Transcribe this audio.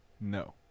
no